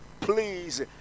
please